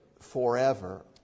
forever